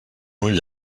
ull